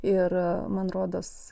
ir man rodos